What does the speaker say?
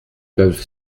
peuvent